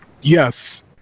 yes